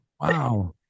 Wow